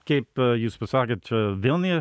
keip jūs pasakėt čia vilnia